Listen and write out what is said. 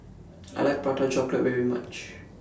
I like Prata Chocolate very much